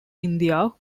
india